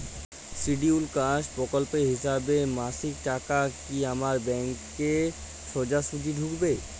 Scheduled caste প্রকল্পের হিসেবে মাসিক টাকা কি আমার ব্যাংকে সোজাসুজি ঢুকবে?